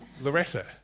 Loretta